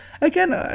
again